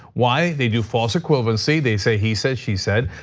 why? they do false equivalency. they say he said, she said.